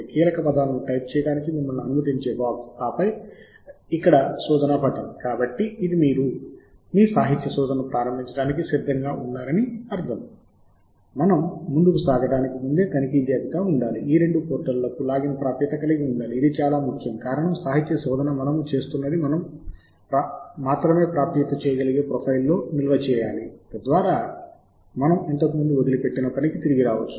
ఆ స్క్రీన్ దేనినీ శోధించడానికి మిమ్మల్ని అనుమతించదు మరియు మిమ్మల్ని లాగిన్ అవ్వండి అని అడుగుతుంది ఎందుకంటే మీరు మీ సంస్థల యొక్క నెట్వర్క్ బయటి నుండి ప్రాప్యత చేయడానికి ప్రయత్నిస్తున్నారని అది గుర్తించింది